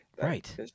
Right